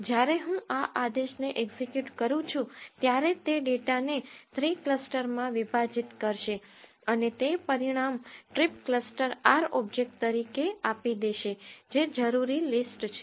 જ્યારે હું આ આદેશને એક્ઝિક્યુટ કરું છું ત્યારે તે ડેટાને 3 ક્લસ્ટરમાં વિભાજીત કરશે અને તે પરિણામ ટ્રિપ ક્લસ્ટર R ઓબ્જેક્ટ તરીકે આપી દેશે જે જરૂરી લિસ્ટ છે